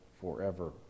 forever